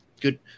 Good